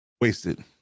Wasted